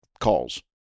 calls